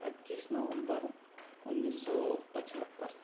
पच्चीस नवंबर उन्नीस सौ पचहत्तर